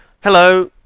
Hello